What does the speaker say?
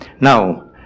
Now